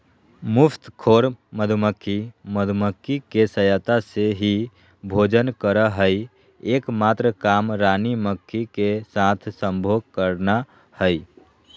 मुफ्तखोर मधुमक्खी, मधुमक्खी के सहायता से ही भोजन करअ हई, एक मात्र काम रानी मक्खी के साथ संभोग करना हई